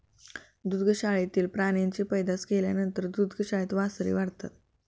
दुग्धशाळेतील प्राण्यांची पैदास केल्यानंतर दुग्धशाळेत वासरे वाढतात